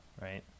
right